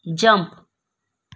jump